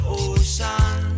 ocean